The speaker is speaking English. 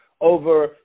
over